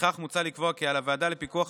מקצועות הרפואה